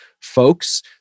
folks